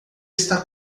está